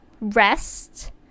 rest